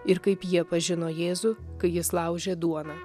ir kaip jie pažino jėzų kai jis laužė duoną